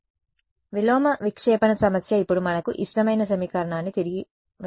కాబట్టి విలోమ విక్షేపణ సమస్య ఇప్పుడు మనకు ఇష్టమైన సమీకరణానికి తిరిగి వచ్చింది